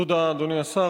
תודה, אדוני השר.